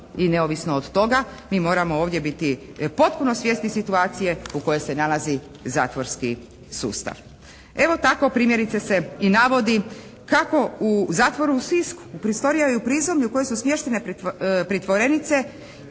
i neovisno od toga mi moramo ovdje biti potpuno svjesni situacije u kojoj se nalazi zatvorski sustav. Evo tako, primjerice, se i navodi kako u zatvoru u Sisku, prostorije u prizemlju u kojoj su smještene pritvorenice